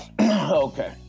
Okay